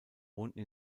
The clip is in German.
wohnten